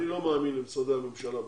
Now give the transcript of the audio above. אני לא מאמין למשרדי הממשלה בעניין.